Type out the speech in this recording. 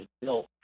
built